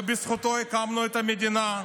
ובזכותו הקמנו את המדינה.